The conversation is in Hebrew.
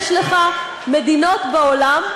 יש לך מדינות בעולם,